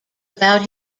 about